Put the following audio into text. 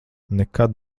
nekad